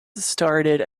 started